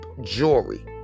jewelry